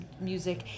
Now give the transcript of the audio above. music